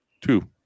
two